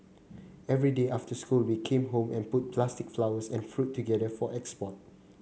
every day after school we came home and put plastic flowers and fruit together for export